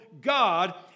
god